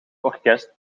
orkest